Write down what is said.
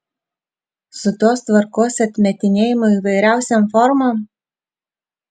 su tos tvarkos atmetinėjimu įvairiausiom formom